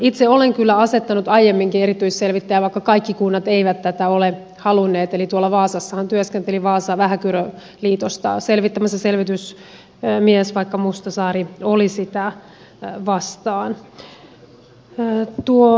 itse olen kyllä asettanut aiemminkin erityisselvittäjän vaikka kaikki kunnat eivät tätä ole halunneet eli vaasassahan työskenteli vaasavähäkyrö liitosta selvittämässä selvitysmies vaikka mustasaari oli sitä vastaan